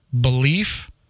belief